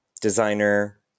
designer